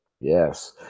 Yes